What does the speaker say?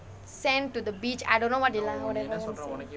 sand to the beach I don't know what you like whatever